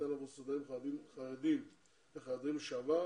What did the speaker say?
הניתן עבור סטודנט חרדי וחרדי לשעבר,